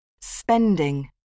spending